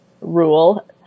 rule